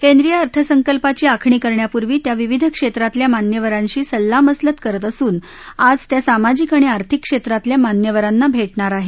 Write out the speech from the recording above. केंद्रीय अर्थसंकल्पाची आखणी करण्यापूर्वी त्या विविध क्षेत्रातल्या मान्यवरांशी सल्ला मसलत करत असून आज त्या सामाजिक आणि आर्थिक क्षेत्रातल्या मान्यवरांना भेटणार आहेत